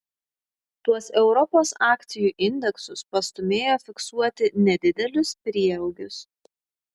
tuos europos akcijų indeksus pastūmėjo fiksuoti nedidelius prieaugius